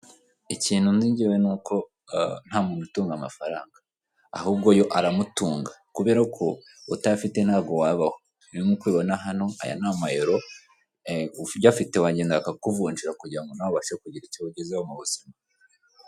Ikintu nzi njyewe ni uko nta muntu utunga amafaranga, ahubwo yo aramutunga. Kubera ko utayafite ntabwo wabaho. Rero n'uko ubibona hano aya ni amayero. Uyafite wagenda bakakuvunjira kugira ngo nawe ubashe kugira icyo wagezaho mu buzima.